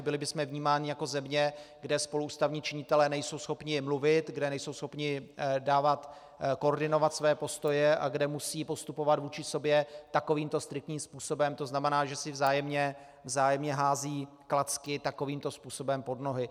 Byli bychom vnímáni jako země, kde spolu ústavní činitelé nejsou schopni mluvit, kde nejsou schopni dávat, koordinovat své postoje a kde musí postupovat vůči sobě takovýmto striktním způsobem, to znamená, že si vzájemně hází klacky takovýmto způsobem pod nohy.